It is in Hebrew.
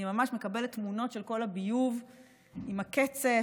ואני מקבלת תמונות של כל הביוב עם הקצף,